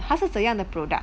他是怎样的 product